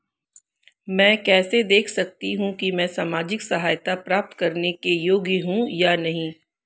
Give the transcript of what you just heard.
मैं कैसे देख सकती हूँ कि मैं सामाजिक सहायता प्राप्त करने के योग्य हूँ या नहीं?